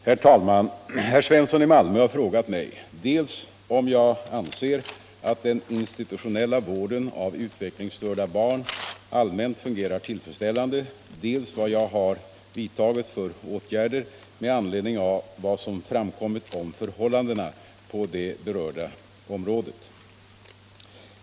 Herr talman! Herr Svensson i Malmö har frågat mig dels om jag anser att den institutionella vården av utvecklingsstörda barn allmänt fungerar tillfredsställande, dels vad jag har vidtagit för åtgärder med anledning av vad som framkommit om förhållandena på det berörda området.